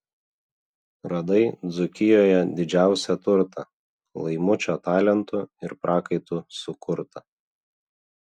radai dzūkijoje didžiausią turtą laimučio talentu ir prakaitu sukurtą